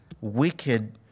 wicked